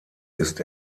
ist